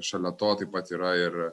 šalia to taip pat yra ir